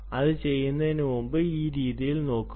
അത് ചെയ്യുന്നതിന് മുമ്പ് ഈ രീതിയിൽ നോക്കുക